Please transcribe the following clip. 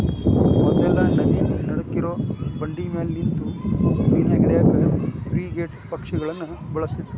ಮೊದ್ಲೆಲ್ಲಾ ನದಿ ನಡಕ್ಕಿರೋ ಬಂಡಿಮ್ಯಾಲೆ ನಿಂತು ಮೇನಾ ಹಿಡ್ಯಾಕ ಫ್ರಿಗೇಟ್ ಪಕ್ಷಿಗಳನ್ನ ಬಳಸ್ತಿದ್ರು